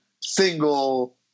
single